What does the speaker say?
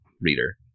reader